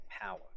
power